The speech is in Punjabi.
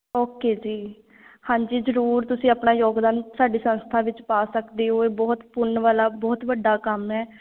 ਓਕੇ ਜੀ ਹਾਂਜੀ ਜ਼ਰੂਰ ਤੁਸੀਂ ਆਪਣਾ ਯੋਗਦਾਨ ਸਾਡੀ ਸੰਸਥਾ ਵਿੱਚ ਪਾ ਸਕਦੇ ਹੋ ਇਹ ਬਹੁਤ ਪੁੰਨ ਵਾਲਾ ਬਹੁਤ ਵੱਡਾ ਕੰਮ ਹੈ